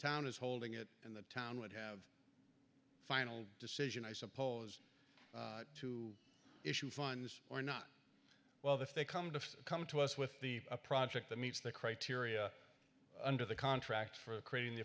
town is holding it in the town would have final decision i suppose to issue funds or not well if they come to come to us with the a project that meets the criteria under the contract for creating the